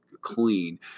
clean